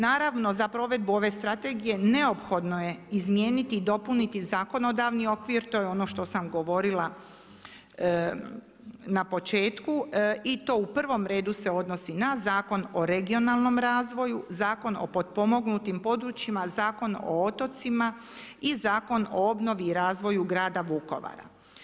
Naravno, za provedbu ove strategije, neophodno je izmijeniti i dopuniti zakonodavni okvir, to je ono što sam govorila na početku i to u prvom redu se odnosi na Zakon o regionalnom razvoju, Zakon o potpomognutim područjima, Zakon o otocima i Zakon o obnovi i razvoju grada Vukovara.